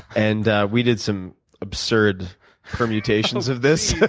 and we did some absurd permutations of this.